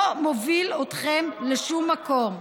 לא מוביל אתכם לשום מקום.